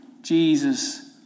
Jesus